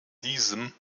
diesem